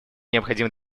необходима